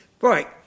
Right